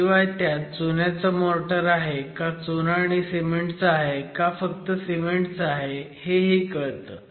शिवाय त्यात चुन्याचं मोर्टर आहे का चुना आणि सिमेंट चं आहे का फक्त सिमेंटचं आहे हेही कळतं